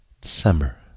December